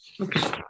Okay